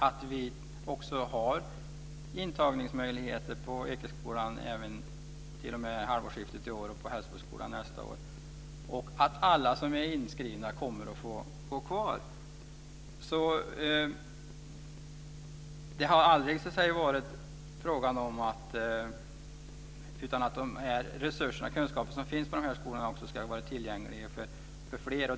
Det ska också finnas intagningsmöjligheter på Ekeskolan t.o.m. halvårsskiftet i år och på Hällsboskolan t.o.m. nästa år. Alla som är inskrivna kommer att få gå kvar. Det har aldrig varit fråga om annat än att de resurser och kunskaper som finns på de här skolorna också ska vara tillgängliga för fler.